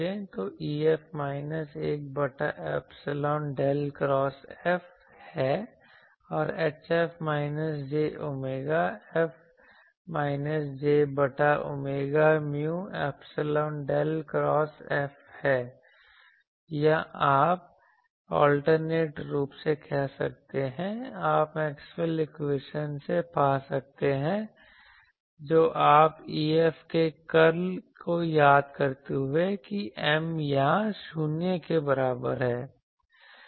तो EF minus 1 बटा epsilon del cross F है और HF minus j omega F minus j बटा omega mu epsilon del cross F है या आप अल्टरनेट रूप से कह सकते हैं आप मैक्सवेल इक्वेशन से पा सकते हैं जो आप EF के कर्ल को याद करते हुए कि M यहाँ 0 के बराबर है